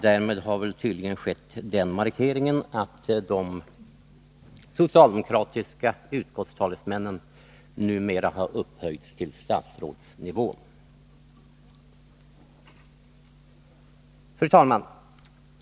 Därmed har tydligen gjorts den markeringen att de socialdemokratiska utskottstalesmännen numera har upphöjts till statsrådsnivå. Fru talman!